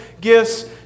gifts